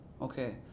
Okay